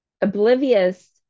oblivious